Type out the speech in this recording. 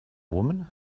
woman